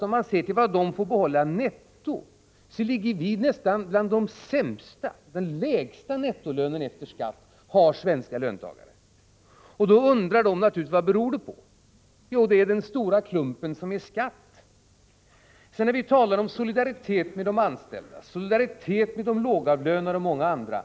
Om man ser till vad man får behålla netto ligger vi nästan sämst till: den lägsta nettolönen efter skatt har svenska löntagare. De undrar då naturligtvis vad det beror på. Jo, det beror på den stora klump som är skatt. Vi talar om solidaritet med de anställda, solidaritet med de lågavlönade och många andra.